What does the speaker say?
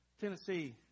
Tennessee